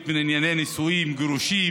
של חבר הכנסת חמד עמאר וקבוצת חברי הכנסת.